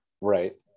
Right